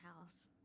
house